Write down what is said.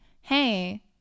hey